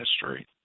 history